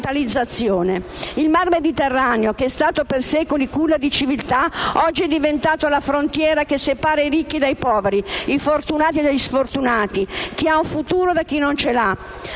Il mar Mediterraneo, che è stato per secoli culla di civiltà, oggi è diventato la frontiera che separa i ricchi dai poveri, i fortunati dagli sfortunati, chi ha un futuro da chi non ce l'ha.